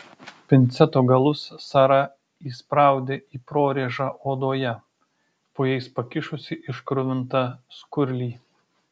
pinceto galus sara įspraudė į prorėžą odoje po jais pakišusi iškruvintą skurlį